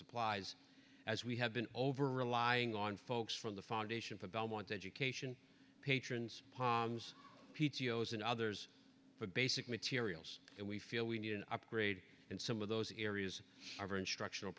supplies as we have been over relying on folks from the foundation for belmont education patrons palms p t o s and others for basic materials and we feel we need an upgrade in some of those areas of instructional